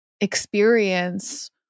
experience